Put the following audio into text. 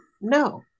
no